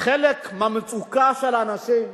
חלק מהמצוקה של האנשים,